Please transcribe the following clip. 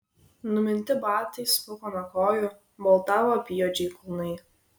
numinti batai smuko nuo kojų baltavo apyjuodžiai kulnai